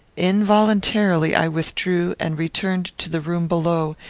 involuntarily i withdrew, and returned to the room below,